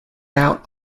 out